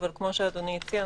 אבל כמו שאדוני הציע,